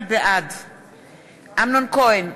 בעד אמנון כהן,